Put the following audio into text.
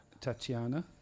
Tatiana